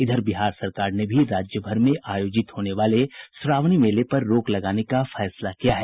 इधर बिहार सरकार ने भी राज्य भर में आयोजित होने वाले श्रावणी मेले पर रोक लगाने का फैसला किया है